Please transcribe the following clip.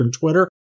Twitter